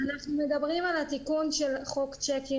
אנחנו מדברים על התיקון של חוק צ'קים